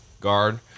guard